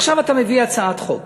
עכשיו אתה מביא הצעת חוק